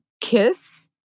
kiss